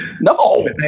No